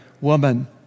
woman